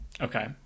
Okay